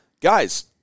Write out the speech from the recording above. guys